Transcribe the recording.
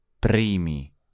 Primi